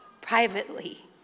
privately